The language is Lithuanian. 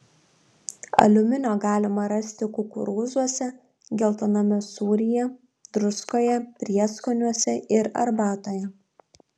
aliuminio galima rasti kukurūzuose geltoname sūryje druskoje prieskoniuose ir arbatoje